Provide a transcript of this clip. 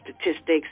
statistics